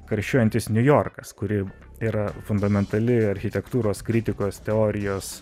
karščiuojantis niujorkas kuri yra fundamentali architektūros kritikos teorijos